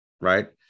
Right